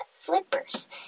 flippers